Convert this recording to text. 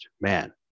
man